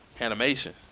animation